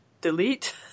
delete